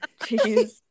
Jeez